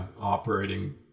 operating